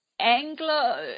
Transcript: anglo